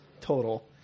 total